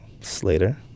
Slater